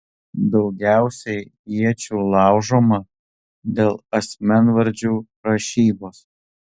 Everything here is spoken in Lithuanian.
daugiausiai iečių laužoma dėl asmenvardžių rašybos